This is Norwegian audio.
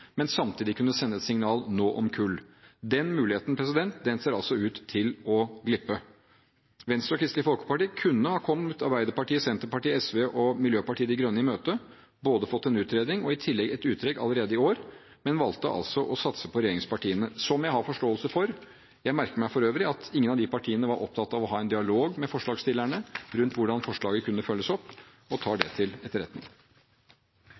men samtidig å kunne sende et signal nå om kull. Den muligheten ser altså ut til å glippe. Venstre og Kristelig Folkeparti kunne ha kommet Arbeiderpartiet, Senterpartiet, SV og Miljøpartiet De Grønne i møte og både fått en utredning og i tillegg et uttrekk allerede i år, men valgte altså å satse på regjeringspartiene – som jeg har forståelse for. Jeg merker meg for øvrig at ingen av de partiene var opptatt av å ha en dialog med forslagsstillerne rundt hvordan forslaget kunne følges opp, og tar det til etterretning.